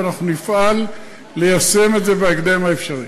ואנחנו נפעל ליישם את זה בהקדם האפשרי.